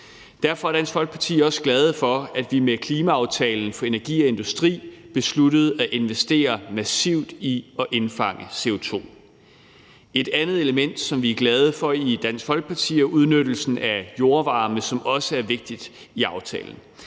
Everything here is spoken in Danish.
Derfor er Dansk Folkeparti også glade for, at vi med »Klimaaftale for energi og industri mv. 2020« besluttede at investere massivt i at indfange CO2. Et andet element, som vi er glade for i Dansk Folkeparti, er udnyttelsen af jordvarme, som også er vigtig i aftalen.